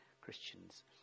Christians